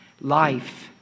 Life